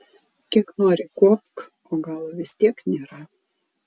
kiek nori kuopk o galo vis tiek nėra